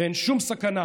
ואין שום סכנה